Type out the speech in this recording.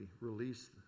release